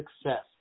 success